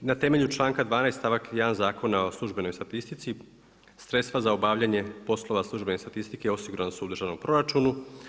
Na temelju članka 12. stavak 1. Zakona o službenoj statistici sredstva za obavljanje poslova službene statistike osigurana su u državnom proračunu.